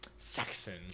Saxon